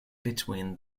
between